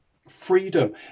Freedom